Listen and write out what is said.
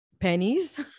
pennies